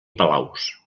palaus